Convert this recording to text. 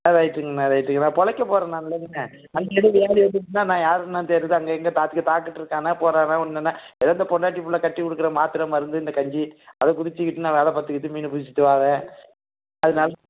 ஆ ரைட்டுங்கண்ணே ரைட்டு ஏன்னால் பொழைக்கப் போகிறேன் நாளைலேருந்துண்ணே அங்கே ஏதும் வியாதி வந்துருச்சுன்னால் நான் யாரண்ணே தேடுறது அங்கே இங்கே பார்த்துக்க டாக்டரு இருக்கானா போகிறானா ஒன்றுன்னா ஏதோ இந்த பெண்டாட்டி புள்ளை கட்டிக் கொடுக்கற மாத்திரை மருந்து இந்தக் கஞ்சி அத குடிச்சுக்கிட்டு நான் வேலை பார்த்துக்கிட்டு மீனை பிடிச்சுட்டு வரேன் அதனால்